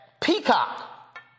Peacock